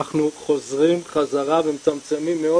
אנחנו חוזרים חזרה ומצמצמים מאוד